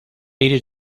iris